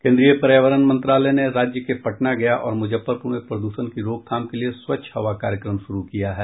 केन्द्रीय पर्यावरण मंत्रालय ने राज्य के पटना गया और मुजफ्फरपुर में प्रदूषण की रोकथाम के लिए स्वच्छ हवा कार्यक्रम शुरू किया है